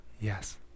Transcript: Yes